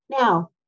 Now